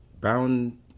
bound